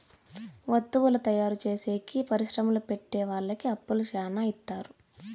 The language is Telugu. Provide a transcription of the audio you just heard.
వత్తువుల తయారు చేసేకి పరిశ్రమలు పెట్టె వాళ్ళకి అప్పు శ్యానా ఇత్తారు